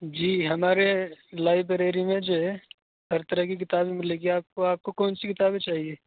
جی ہمارے لائبریری میں جو ہے ہر طرح کی کتابیں ملے گی آپ کو آپ کو کون سی کتابیں چاہیے